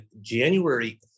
January